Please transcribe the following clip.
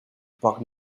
parc